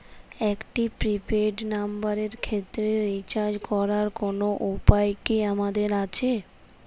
একটি prepaid নম্বরের ক্ষেত্রে রিচার্জ করার কোনো উপায় কি আমাদের আছে?